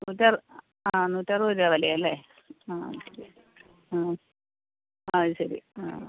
നൂറ്ററുപത് ആ നൂറ്ററുപത് രൂപ വില അല്ലെ ആ ഓക്കെ ആ അത് ശരി ആ